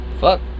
Fuck